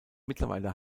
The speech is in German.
mittlerweile